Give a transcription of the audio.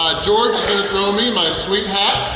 george is going to throw me my sweet hat,